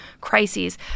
Crises